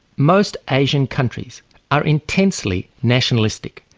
most asian countries are intensely nationalistic.